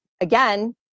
again